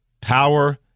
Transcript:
power